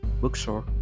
bookstore